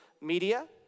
media